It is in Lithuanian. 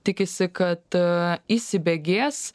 tikisi kad įsibėgės